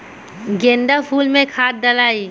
गेंदा फुल मे खाद डालाई?